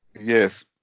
Yes